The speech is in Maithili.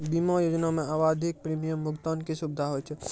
बीमा योजना मे आवधिक प्रीमियम भुगतान के सुविधा होय छै